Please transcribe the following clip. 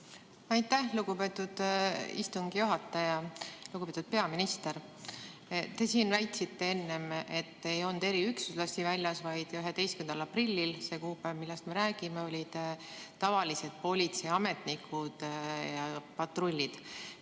Aitäh, lugupeetud istungi juhataja! Lugupeetud peaminister! Te siin väitsite enne, et ei olnud eriüksuslasi väljas, vaid 11. aprillil, see on see kuupäev, millest me räägime, olid kohal tavalised politseiametnikud ja patrullid.